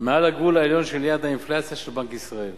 מעל הגבול העליון של יעד האינפלציה של בנק ישראל.